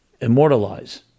immortalize